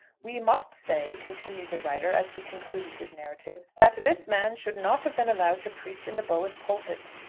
we must say, continued the writer, as he concluded his narrative, that this man should not have been allowed to preach in the bowick pulpit.